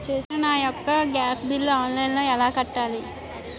నేను నా యెక్క గ్యాస్ బిల్లు ఆన్లైన్లో ఎలా కట్టాలి?